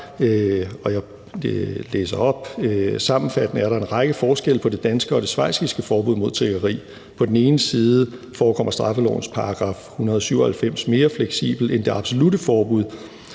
Jeg læser op: »Sammenfattende er der en række forskelle på det danske og det schweiziske forbud mod tiggeri. På den ene side forekommer straffelovens § 197 mere fleksibel end det absolutte forbud